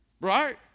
Right